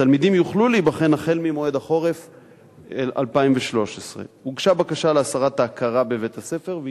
והם יוכלו להיבחן החל במועד החורף 2013. הוגשה בקשה להסרת ההכרה בבית-הספר,